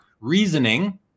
reasoning